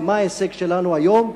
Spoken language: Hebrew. ומה ההישג שלנו היום?